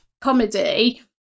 comedy